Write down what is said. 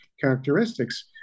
characteristics